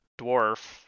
dwarf